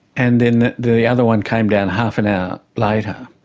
and then the the other one came down half an hour later.